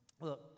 look